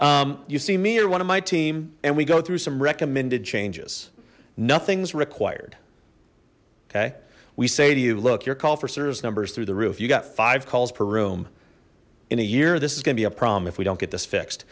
you see me or one of my team and we go through some recommended changes nothing's required okay we say to you look your call for service numbers through the roof you got five calls per room in a year this is gonna be a problem if we don't get this fixed